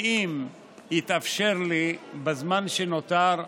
אם יתאפשר לי בזמן שנותר,